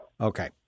Okay